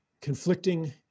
Conflicting